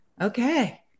okay